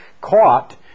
caught